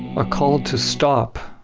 a call to stop.